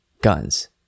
guns